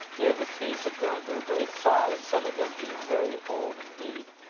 here the trees had grown to a great size, some of them being very old indeed.